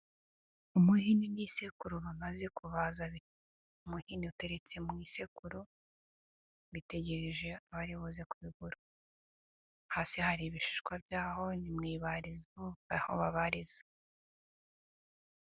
Umuhini n'isekuru bamaze kubaza umuhini uteretse mu isekuru bategereje abaribuze kubigura kandi hasi hari ibishishwa bya bari bari kubariza.